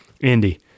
Indy